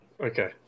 Okay